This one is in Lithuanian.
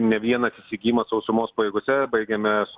ne vienas įsigijimas sausumos pajėgose baigiam mes